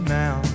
now